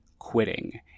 quitting